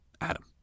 Adam